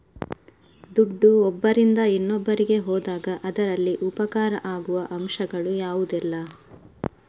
ದುಡ್ಡು ಒಬ್ಬರಿಂದ ಇನ್ನೊಬ್ಬರಿಗೆ ಹೋದಾಗ ಅದರಲ್ಲಿ ಉಪಕಾರ ಆಗುವ ಅಂಶಗಳು ಯಾವುದೆಲ್ಲ?